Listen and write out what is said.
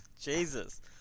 Jesus